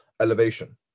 elevation